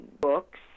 books